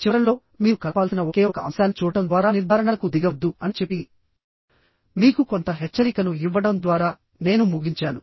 చివరలో మీరు కలపాల్సిన ఒకే ఒక అంశాన్ని చూడటం ద్వారా నిర్ధారణలకు దిగవద్దు అని చెప్పి మీకు కొంత హెచ్చరికను ఇవ్వడం ద్వారా నేను ముగించాను